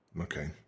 Okay